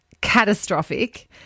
catastrophic